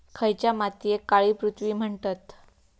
खयच्या मातीयेक काळी पृथ्वी म्हणतत?